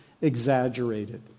exaggerated